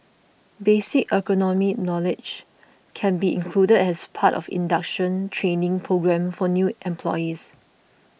basic ergonomic knowledge can be included as part of the induction training programme for new employees